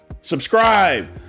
subscribe